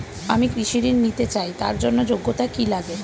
আমি কৃষি ঋণ নিতে চাই তার জন্য যোগ্যতা কি লাগে?